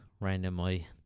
randomly